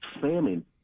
famine